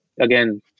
Again